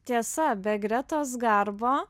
tiesa be gretos garbo